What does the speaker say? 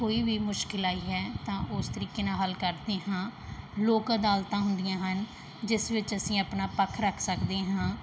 ਕੋਈ ਵੀ ਮੁਸ਼ਕਿਲ ਆਈ ਹੈ ਤਾਂ ਉਸ ਤਰੀਕੇ ਨਾਲ ਹੱਲ ਕਰਦੇ ਹਾਂ ਲੋਕ ਅਦਾਲਤਾਂ ਹੁੰਦੀਆਂ ਹਨ ਜਿਸ ਵਿੱਚ ਅਸੀਂ ਆਪਣਾ ਪੱਖ ਰੱਖ ਸਕਦੇ ਹਾਂ